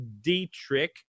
Dietrich